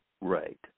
Right